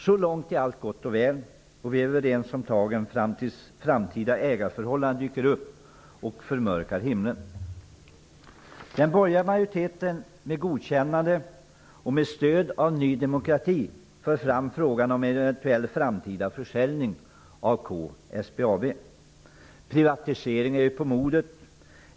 Så långt är allt gott och väl, och vi är överens om tagen fram tills framtida ägarförhållanden dyker upp och förmörkar himlen. Den borgerliga majoriteten med godkännande och stöd av Ny demokrati för fram frågan om en eventuell framtida försäljning av K-SBAB. Privatisering är ju på modet.